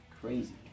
Crazy